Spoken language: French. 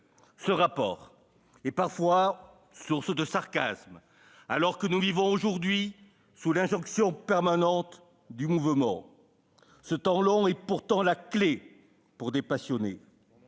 Ce rapport est parfois source de sarcasmes, alors que nous vivons aujourd'hui sous l'injonction permanente du mouvement ; ce temps long est pourtant la clef pour dépassionner.